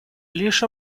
лишь